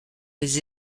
les